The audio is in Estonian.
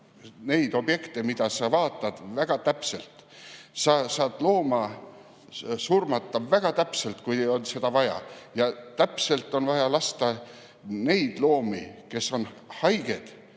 neid objekte, mida sa vaatad, väga täpselt, sa saad looma surmata väga täpselt, kui on seda vaja. Täpselt lasta on vaja neid loomi, kes on haiged,